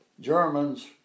German's